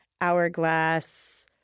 hourglass